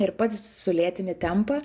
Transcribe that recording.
ir pats sulėtini tempą